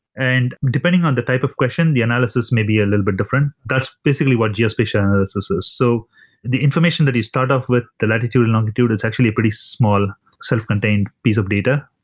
and depending on the type of question, the analysis may be a little bit different. that's basically what geospatial analysis is. so the information that you start off with the longitude longitude is actually a pretty small self contained piece of data.